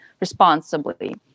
responsibly